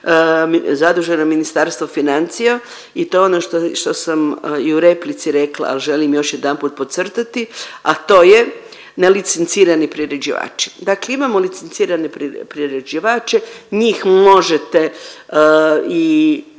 zaduženo Ministarstvo financija i to ono što sam i u replici rekla ali želim još jedanput podcrtati, a to je nelicencirani priređivači. Dakle imamo licencirane priređivače, njih možete i